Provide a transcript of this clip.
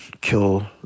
kill